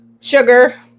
Sugar